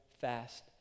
fast